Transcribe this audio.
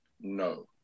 No